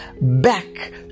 back